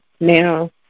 now